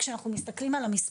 כאשר אנחנו מסתכלים על המספרים,